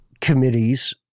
committees